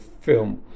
film